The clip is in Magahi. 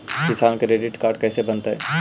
किसान क्रेडिट काड कैसे बनतै?